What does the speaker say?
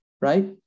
right